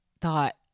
thought